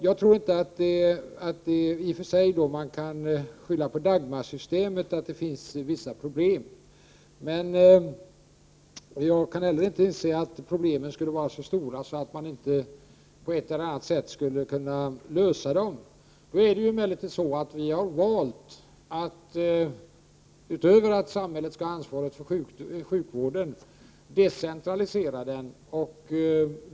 Jag tror inte att man kan skylla på Dagmarsystemet att det finns vissa problem. Jag kan inte heller anse att problemen skulle vara så stora att man inte på ett eller annat sätt skulle kunna lösa dem. Vi har emellertid valt att, utöver att samhället har huvudansvaret för sjukvården, decentralisera den.